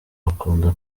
bakunda